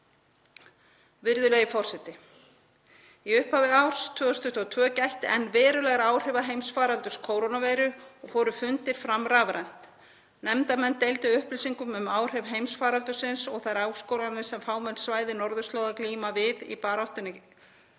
Virðulegi forseti. Í upphafi árs 2022 gætti enn verulegra áhrifa heimsfaraldurs kórónuveiru og fóru fundir fram rafrænt. Nefndarmenn deildu upplýsingum um áhrif heimsfaraldursins og þær áskoranir sem fámenn svæði norðurslóða glímdu við í baráttunni